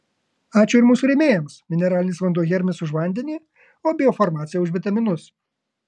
ačiū ir mūsų rėmėjams mineralinis vanduo hermis už vandenį o biofarmacija už vitaminus